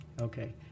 Okay